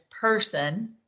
person